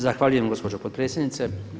Zahvaljujem gospođo potpredsjednice.